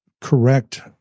correct